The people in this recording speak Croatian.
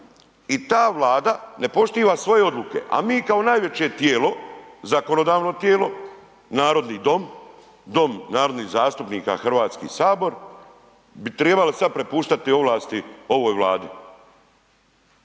i ta Vlada ne poštiva svoje odluke, a mi kao najveće tijelo, zakonodavno tijelo, narodni dom, dom narodnih zastupnika HS bi tribali sad pripuštati ovlasti ovoj Vladi,